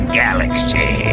galaxy